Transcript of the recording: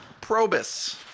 Probus